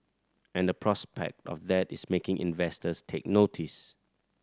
and the prospect of that is making investors take notice